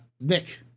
Nick